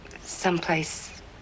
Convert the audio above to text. someplace